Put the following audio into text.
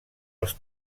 els